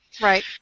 Right